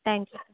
thank you